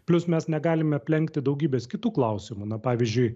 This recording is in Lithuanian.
plius mes negalime aplenkti daugybės kitų klausimų na pavyzdžiui